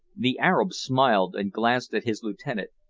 the arab smiled and glanced at his lieutenant.